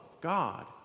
God